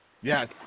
Yes